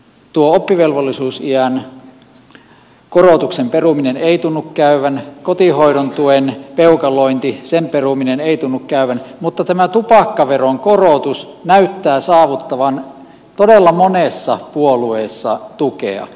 tuo oppivelvollisuusiän korotuksen peruminen ei tunnu käyvän kotihoidon tuen peukaloinnin peruminen ei tunnu käyvän mutta tämä tupakkaveron korotus näyttää saavuttavan todella monessa puolueessa tukea